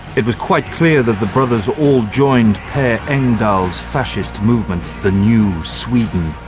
it was quite clear that the brothers all joined per engdahl's fascist movement, the new sweden.